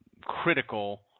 critical